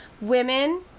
Women